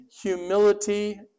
humility